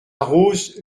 rose